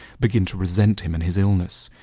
begin to resent him and his illness.